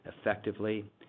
effectively